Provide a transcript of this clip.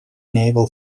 naval